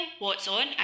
whatson